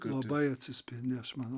labai atsispindi aš manau